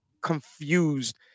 confused